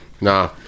Nah